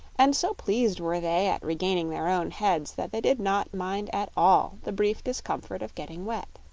and so pleased were they at regaining their own heads that they did not mind at all the brief discomfort of getting wet.